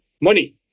money